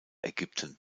ägypten